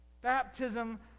Baptism